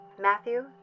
Matthew